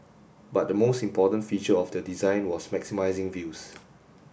but the most important feature of their design was maximising views